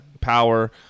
Power